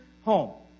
home